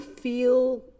feel